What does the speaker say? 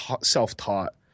self-taught